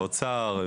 משרד האוצר,